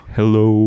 Hello